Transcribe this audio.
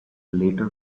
later